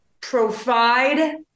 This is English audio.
provide